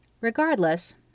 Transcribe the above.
Regardless